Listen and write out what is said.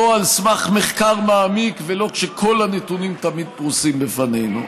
לא על סמך מחקר מעמיק ולא כשכל הנתונים תמיד פרוסים לפנינו.